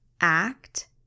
act